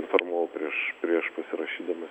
informavau prieš prieš pasirašydamas